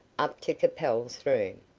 up to capel's room.